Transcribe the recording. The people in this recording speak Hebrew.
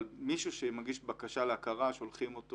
אבל מישהו שמגיש בקשה להכרה שולחים אותו